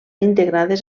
integrades